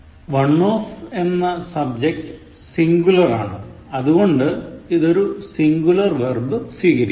"one of" എന്ന subjct singular ആണ് അതുകൊണ്ട് ഇതൊരു singular verb സ്വീകരിക്കും